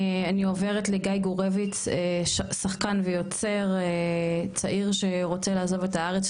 אני עוברת לגיא גורביץ שחקן ויוצר צעיר שרוצה לעזוב את הארץ,